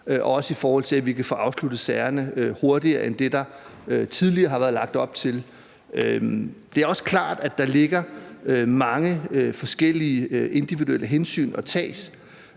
og i forhold til at vi kan få afsluttet sagerne hurtigere end det, der tidligere har været lagt op til. Det er også klart, at der ligger mange forskellige individuelle hensyn, der